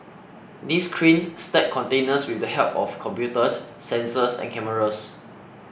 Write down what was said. these cranes stack containers with the help of computers sensors and cameras